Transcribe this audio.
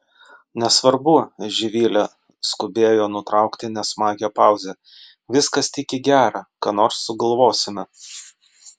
nesvarbu živile skubėjo nutraukti nesmagią pauzę viskas tik į gera ką nors sugalvosime